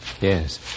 Yes